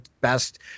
best